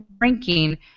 ranking